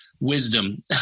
wisdom